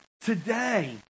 today